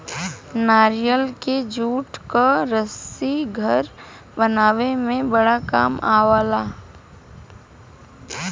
नारियल के जूट क रस्सी घर बनावे में बड़ा काम आवला